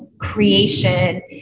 creation